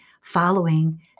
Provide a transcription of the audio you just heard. following